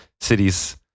cities